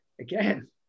again